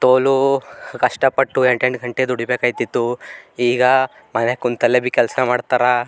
ತೋಲು ಕಷ್ಟಪಟ್ಟು ಎಂಟೆಂಟು ಗಂಟೆ ದುಡಿಬೇಕಾಗ್ತಿತ್ತು ಈಗ ಮನ್ಯಾಗೆ ಕೂತಲ್ಲೇ ಭಿ ಕೆಲಸ ಮಾಡ್ತಾರ